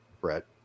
Brett